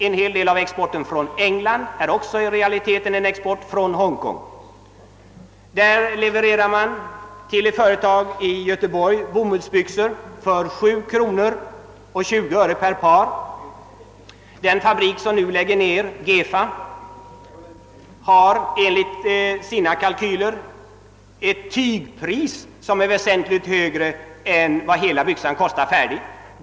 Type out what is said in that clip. En hel del av exporten från England är också i realiteten export från Hongkong. Man levererar vid ett företag i Göteborg bomullsbyxor för 7 kronor och 20 öre per par. Den fabrik som nu lägger ned driften, Gefa, har enligt sina kalkyler ett tygpris som är väsentligt högre än det pris som hela byxan betingar färdig.